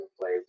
play